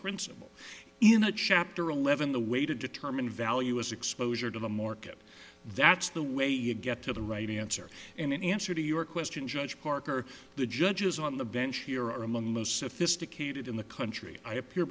principle in a chapter eleven the way to determine value is exposure to the market that's the way you get to the right answer and in answer to your question judge parker the judges on the bench here are among the most sophisticated in the country i appear